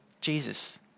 Jesus